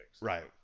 Right